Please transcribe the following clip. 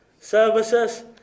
services